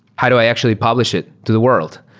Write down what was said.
how do i actually publish it to the world?